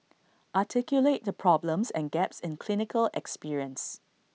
articulate the problems and gaps in clinical experience